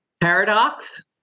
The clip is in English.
Paradox